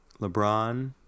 LeBron